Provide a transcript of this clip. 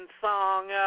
song